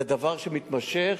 זה דבר מתמשך,